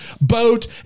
boat